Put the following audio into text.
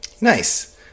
Nice